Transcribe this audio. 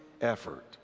effort